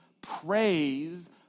praise